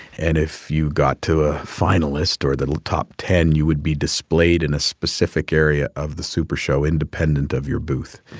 and if you got to a finalist or the top ten, you would be displayed in a specific area of the super show, independent of your booth.